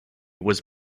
was